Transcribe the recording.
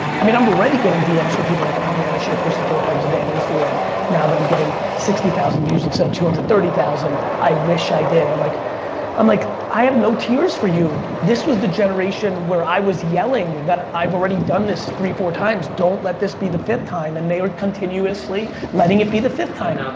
i mean, i'm already getting dms from people like, oh man, i should've posted four times a day on instagram now that i'm getting sixty thousand views instead of two hundred and thirty thousand. i wish i did. and like i'm like, i have no tears for you. this was the generation where i was yelling that i've already done this three, four times. don't let this be the fifth time, and they are continuously letting it be the fifth time.